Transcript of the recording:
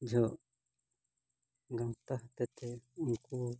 ᱡᱚᱠᱷᱚᱱ ᱜᱟᱶᱛᱟ ᱦᱚᱛᱮᱛᱮ ᱩᱱᱠᱩ